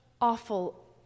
awful